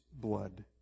blood